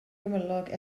gymylog